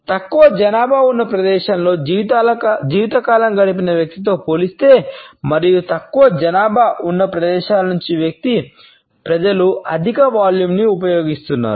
తక్కువ జనాభా ఉన్న ప్రదేశంలో జీవితకాలం గడిపిన వ్యక్తితో పోల్చితే మరియు తక్కువ జనాభా ఉన్న ప్రదేశాల నుండి వచ్చిన ప్రజలు అధిక వాల్యూమ్ను ఉపయోగిస్తున్నారు